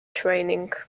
training